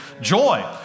Joy